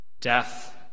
Death